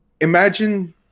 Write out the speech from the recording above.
imagine